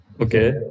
Okay